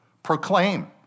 Proclaim